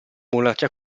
monarchia